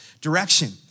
direction